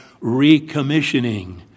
recommissioning